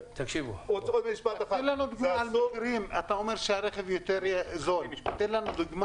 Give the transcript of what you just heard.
אתה אומר שהרכב יותר זול, תן לנו דוגמה.